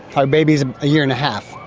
our baby is a year and a half.